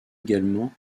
également